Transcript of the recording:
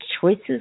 choices